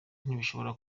ntibashobora